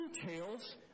details